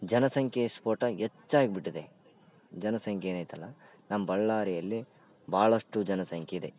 ಜನಸಂಖ್ಯೆ ಸ್ಫೋಟ ಹೆಚ್ಚಾಗ್ಬಿಟ್ಟದೆ ಜನಸಂಖ್ಯೆ ಏನಿದ್ಯಲ್ಲ ನಮ್ಮ ಬಳ್ಳಾರಿಯಲ್ಲಿ ಭಾಳಷ್ಟು ಜನಸಂಖ್ಯೆ ಇದೆ